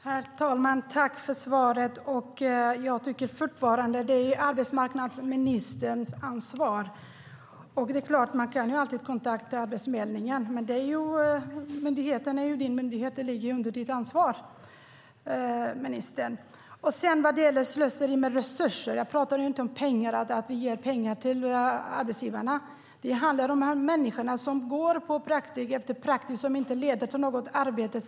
Herr talman! Tack för svaret! Jag tycker fortfarande att det är arbetsmarknadsministerns ansvar. Det är klart att man alltid kan kontakta Arbetsförmedlingen, men den myndigheten ligger ju under ministerns ansvar. Vad gäller slöseri med resurser pratade jag inte om pengar, att vi ger pengar till arbetsgivarna. Det handlar om de människor som går på praktik efter praktik som inte leder till något arbete.